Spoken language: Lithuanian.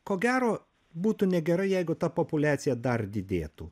ko gero būtų negerai jeigu ta populiacija dar didėtų